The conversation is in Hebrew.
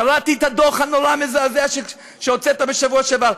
קראתי את הדוח הנורא, המזעזע, שהוצאת בשבוע שעבר.